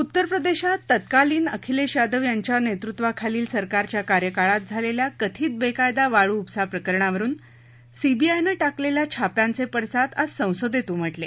उत्तर प्रदेशात तत्कालीन अखिलेश यादव यांच्या नेतृत्वाखालील सरकारच्या कार्यकाळात झालेल्या कथित बेकायदा वाळू उपसा प्रकरणावरुन सीबीआयनं टाकलेल्या छाप्यांचे पडसाद आज संसदेत उमटले